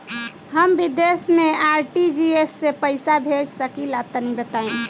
हम विदेस मे आर.टी.जी.एस से पईसा भेज सकिला तनि बताई?